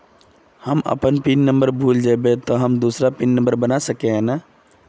हम अपन pin number भूल जयबे ते हम दूसरा पिन नंबर बना सके है नय?